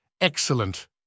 Excellent